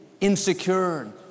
insecure